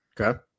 Okay